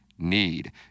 Need